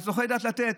על צורכי דת לתת?